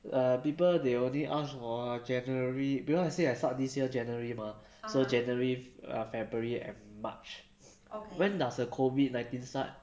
err people they only ask for january because I say I start this year january mah so january err february and march when does the COVID nineteen start